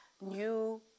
new